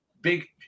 big